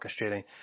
orchestrating